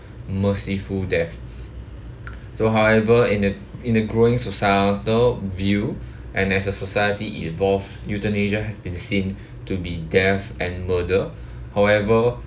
merciful death so however in a in a growing societal view and as a society evolve euthanasia has been seen to be death and murder however